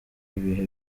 ibihe